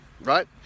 right